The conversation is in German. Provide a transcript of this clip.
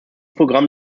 programm